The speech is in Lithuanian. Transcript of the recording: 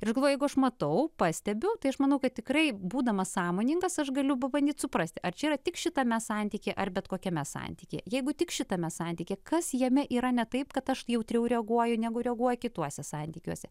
ir aš galvoju jeigu aš matau pastebiu tai aš manau kad tikrai būdamas sąmoningas aš galiu pabandyt suprasti ar čia yra tik šitame santyky ar bet kokiame santykyje jeigu tik šitame santykyje kas jame yra ne taip kad aš jautriau reaguoju negu reaguoja kituose santykiuose